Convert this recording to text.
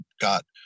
got